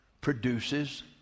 produces